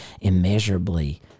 immeasurably